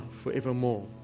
forevermore